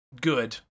good